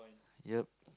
ya